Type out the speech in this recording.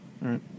right